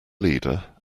leader